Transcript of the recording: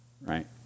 Right